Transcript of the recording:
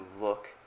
look